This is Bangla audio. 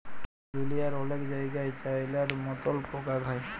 দুঁলিয়ার অলেক জায়গাই চাইলার মতল পকা খায়